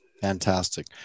Fantastic